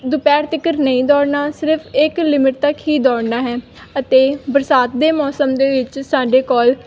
ਦੁਪਹਿਰ ਤੀਕਰ ਨਹੀਂ ਦੌੜਨਾ ਸਿਰਫ ਇੱਕ ਲਿਮਿਟ ਤੱਕ ਹੀ ਦੌੜਨਾ ਹੈ ਅਤੇ ਬਰਸਾਤ ਦੇ ਮੌਸਮ ਦੇ ਵਿੱਚ ਸਾਡੇ ਕੋਲ